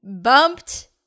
bumped